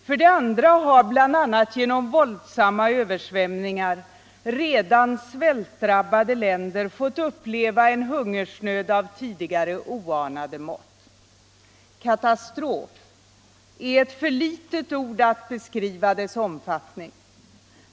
För det andra har, bl.a. genom = för svältdrabbade våldsamma översvämningar, redan svältdrabbade länder fått uppleva en — länder hungersnöd av tidigare oanade mått. Katastrof är ett för litet ord att beskriva dess omfattning.